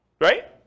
Right